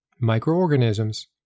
microorganisms